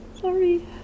sorry